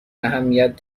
اهمیت